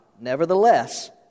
nevertheless